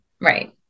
Right